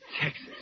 Texas